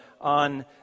on